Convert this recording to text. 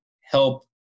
help